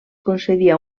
concedia